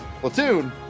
platoon